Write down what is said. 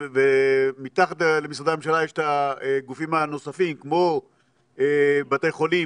ומתחת למשרדי הממשלה יש את הגופים הנוספים כמו בתי חולים,